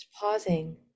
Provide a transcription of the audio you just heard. pausing